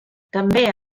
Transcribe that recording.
també